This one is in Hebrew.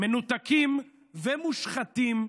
מנותקים ומושחתים,